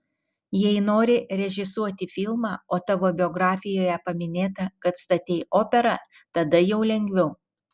jei nori režisuoti filmą o tavo biografijoje paminėta kad statei operą tada jau lengviau